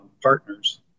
partners